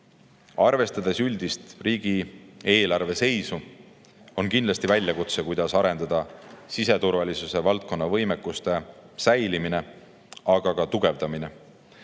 Arvestades üldist riigieelarve seisu, on kindlasti väljakutse, kuidas tagada siseturvalisuse valdkonna võimekuste säilimine, aga ka tugevdamine.